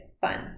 fun